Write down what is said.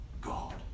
God